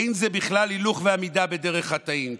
אין זה בכלל הילוך ועמידה בדרך חטאים"